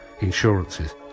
insurances